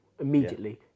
immediately